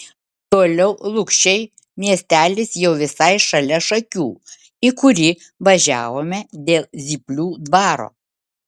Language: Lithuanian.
toliau lukšiai miestelis jau visai šalia šakių į kurį važiavome dėl zyplių dvaro